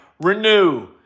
Renew